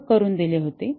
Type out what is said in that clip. ओळख करून दिली होती